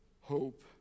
hope